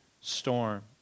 storm